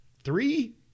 Three